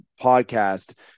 podcast